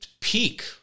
peak